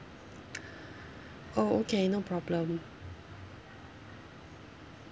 oh okay no problem